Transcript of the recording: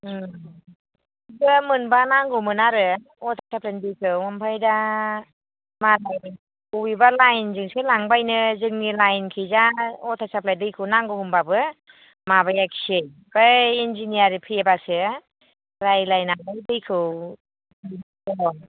उम दा मोनबा नांगौमोन आरो अवाटार साफ्लाइनि दैखौ ओमफ्राय दा मालाय बबेबा लाइनजोंसो लांबायनो जोंनि लाइनखिजा अवाटार साप्लाइ दैखौ नांगौ होमबाबो माबायाखिसै बै इन्जिनियार फैबासो रायलायनानै दैखौ दङ